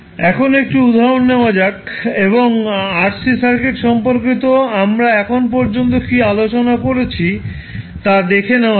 এখন 1 টি উদাহরণ নেওয়া যাক এবং RC সার্কিট সম্পর্কিত আমরা এখন পর্যন্ত কী আলোচনা করেছি তা দেখে নেওয়া যাক